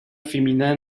féminin